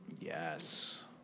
Yes